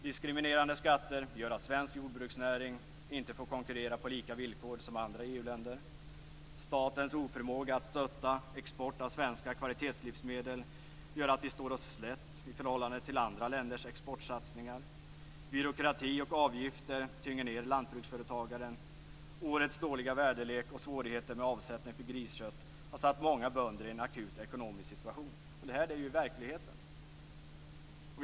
Diskriminerande skatter gör att svensk jordbruksnäring inte får konkurrera på lika villkor som andra EU länder. Statens oförmåga att stötta export av svenska kvalitetslivsmedel gör att vi står oss slätt i förhållande till andra länders exportsatsningar. Byråkrati och avgifter tynger ned lantbruksföretagaren. Årets dåliga väderlek och svårigheter med avsättning för griskött har satt många bönder i en akut ekonomisk situation. Och detta är ju verkligheten.